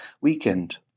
weekend